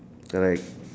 correct